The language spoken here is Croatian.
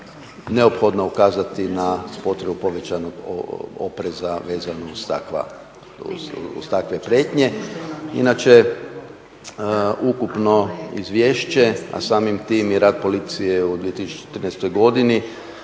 neophodno ukazati na potrebu povećanog opreza vezano uz takve prijetnje. Inače, ukupno izvješće, a samim tim i rad policije u 2013. godini